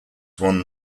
won